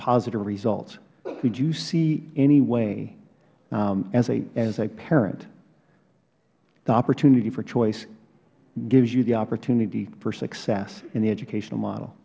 positive results could you see any way as a parent the opportunity for choice gives you the opportunity for success in the educational model